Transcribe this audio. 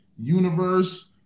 universe